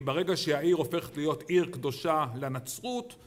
ברגע שהעיר הופכת להיות עיר קדושה לנצרות